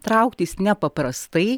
trauktis nepaprastai